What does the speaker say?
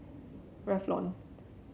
Revlon